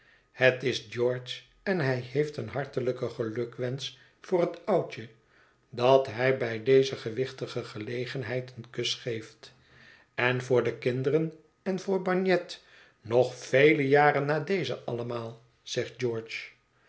het is george en hij heeft een hartelijken gelukwensen voor het oudje dat hij bij deze gewichtige gelegenheid een kus geeft en voor de kinderen en voor bagnet nog vele jaren na dezen allemaal zegt george